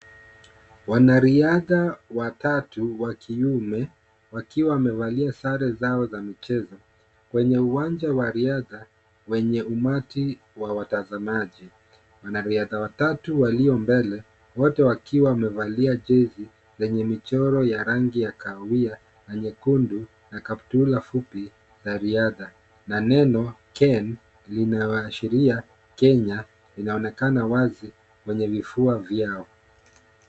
Wanariadha watatu wa kiume, wakiwa wamevalia sare zao za michezo, kwenye uwanja wa riadha, wenye umati wa watazamaji. Wanariadha watatu walio mbele wote wakiwa wamevalia jezi zenye michoro ya rangi ya kahawia na nyekundu na kaptula fupi za riadha, na neno Ken linaashiria Kenya linaonekana wazi kwenye vifua vyao.